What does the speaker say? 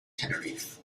tenerife